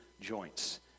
joints